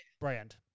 brand